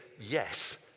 yes